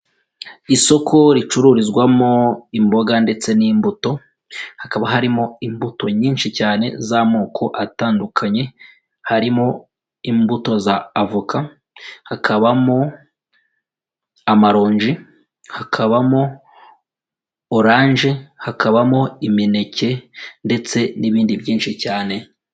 Isoko ricururizwamo imboga ndetse n'imbuto, hakaba harimo imbuto nyinshi cyane z'amoko atandukanye harimo imbuto za avoka, hakabamo amaronji, hakabamo oranje, hakabamo imineke ndetse n'ibindi byinshi cyane.